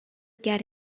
get